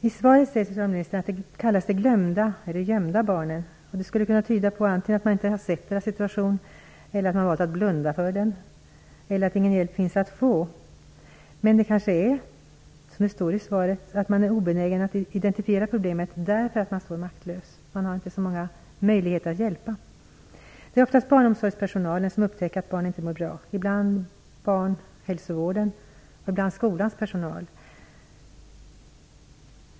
I svaret säger socialministern att dessa barn kallas de glömda eller de gömda barnen. Det skulle kunna tyda antingen på att man inte har sett deras situation eller på att man valt att blunda för den, eller att ingen hjälp finns att få. Men kanske är det så som det står i interpellationsvaret, att man är obenägen att identifiera problemet därför att man står maktlös. Det finns inte så många möjligheter att hjälpa. Det är oftast barnomsorgspersonalen som upptäcker att barn inte mår bra, ibland kan det vara personalen på barnhälsovården och ibland skolans personal.